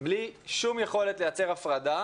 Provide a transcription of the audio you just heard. בלי שום יכולת לייצר הפרדה.